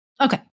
Okay